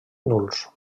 nuls